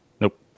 Nope